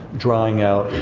drying out,